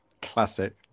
Classic